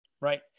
right